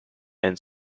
and